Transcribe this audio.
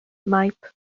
maip